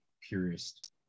purist